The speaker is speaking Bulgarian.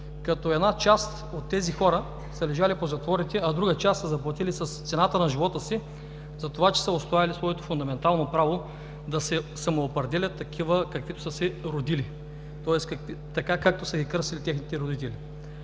като една част от тези хора са лежали по затворите, а друга част са заплатили с цената на живота си за това, че са отстоявали своето фундаментално право да се самоопределят такива, каквито са се родили, тоест така, както са ги кръстили техните родители.